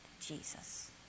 Jesus